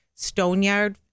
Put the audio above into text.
Stoneyard